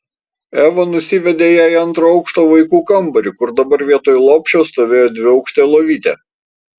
eva nusivedė ją į antro aukšto vaikų kambarį kur dabar vietoj lopšio stovėjo dviaukštė lovytė